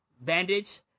bandage